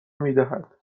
میدهد